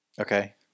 Okay